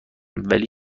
ولی